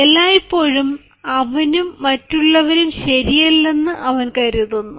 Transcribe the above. എല്ലായിപ്പോഴും അവനും മറ്റുള്ളവരും ശരിയല്ലെന്ന് അവൻ കരുതുന്നു